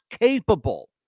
capable